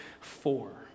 four